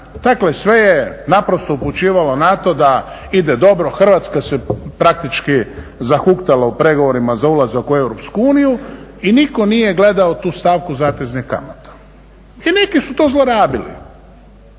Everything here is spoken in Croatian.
sve je naprosto uopćivalo na to ide dobro. Hrvatska se praktički zahuktala u pregovorima za ulazak u Europsku uniju i nitko nije gledao tu stavku zatezne kamate i neki su to zlorabili.